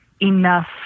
enough